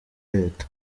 leta